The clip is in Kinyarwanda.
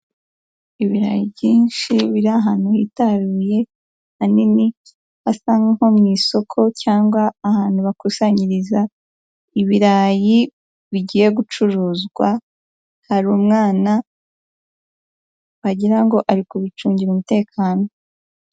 Ibirayi byinshi biri ahantu hitaruye ahanini hasa nko mu isoko cyangwa ahantu bakusanyiriza ibirayi bigiye gucuruzwa. Hari umwana wagira ngo ari kubicungira umutekano.